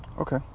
Okay